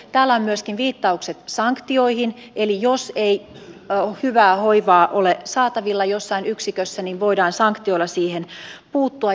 täällä on myöskin viittaukset sanktioihin eli jos ei hyvää hoivaa ole saatavilla jossain yksikössä niin voidaan sanktioilla siihen puuttua